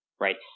right